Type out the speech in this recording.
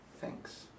Thanks